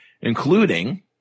including